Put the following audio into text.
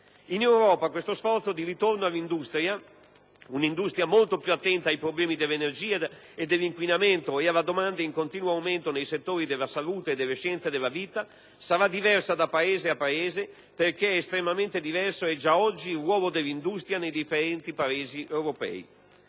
In Europa questo sforzo di ritorno all'industria, un'industria molto più attenta ai problemi dell'energia e dell'inquinamento e alla domanda in continuo aumento nei settori della salute e delle scienze della vita, sarà diversa da Paese a Paese, perché estremamente diverso è già oggi il ruolo dell'industria dei differenti Paesi europei.